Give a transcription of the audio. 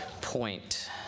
point